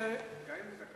גם אם הוא, ?